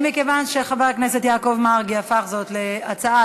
מכיוון שחבר הכנסת יעקב מרגי הפך זאת להצעה